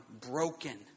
Broken